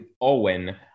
Owen